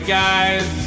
guys